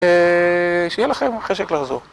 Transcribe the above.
שיהיה לכם חשק לחזור.